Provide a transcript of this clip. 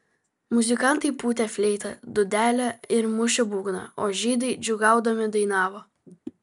muzikantai pūtė fleitą dūdelę ir mušė būgną o žydai džiūgaudami dainavo